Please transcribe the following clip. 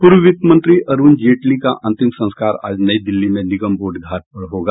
पूर्व वित्त मंत्री अरुण जेटली का अंतिम संस्कार आज नई दिल्ली में निगम बोध घाट में होगा